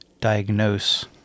diagnose